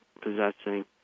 possessing